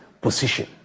position